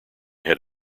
had